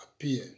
appear